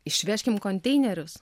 išvežkim konteinerius